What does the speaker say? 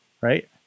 right